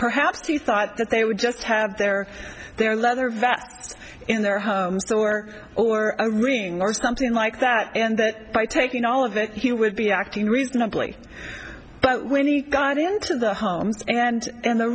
perhaps you thought that they would just have their their leather vest in their homes or or a ring or something like that and that by taking all of it he would be acting reasonably but when he got into the homes and in the